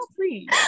Please